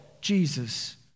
Jesus